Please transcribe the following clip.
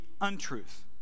untruth